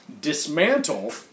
dismantle